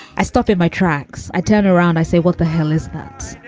i stop in my tracks. i turn around. i say, what the hell is that?